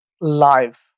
live